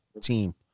team